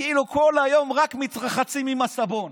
כאילו כל היום רק מתרחצים עם הסבון